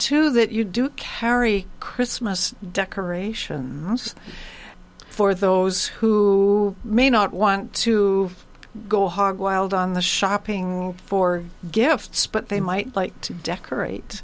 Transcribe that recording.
too that you do carry christmas decorations for those who may not want to go hog wild on the shopping for gifts but they might like to dec